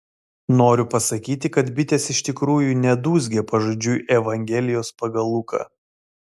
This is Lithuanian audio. noriu pasakyti kad bitės iš tikrųjų nedūzgė pažodžiui evangelijos pagal luką